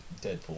Deadpool